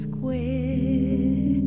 Square